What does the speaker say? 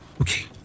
okay